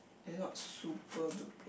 they are not super duper